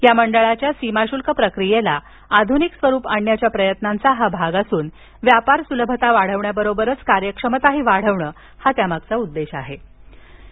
या मंडळाच्या सीमाशुल्क प्रक्रियेला आधुनिक स्वरूप आणण्याच्या प्रयत्नांचा हा भाग असून व्यापार सुलभता वाढवण्याबरोबरच कार्यक्षमताही वाढवणं हा यामागील उद्देश असल्याचं निवेदनात म्हटलं आहे